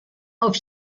auf